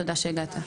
תודה שהגעת.